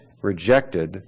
rejected